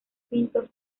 pintos